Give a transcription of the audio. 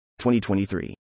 2023